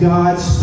God's